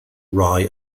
rye